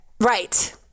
Right